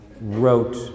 wrote